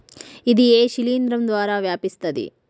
ఇది ఏ శిలింద్రం ద్వారా వ్యాపిస్తది?